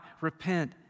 repent